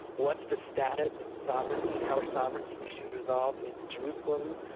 what's the status and sovereignty, how are sovereignty issues resolved with jerusalem?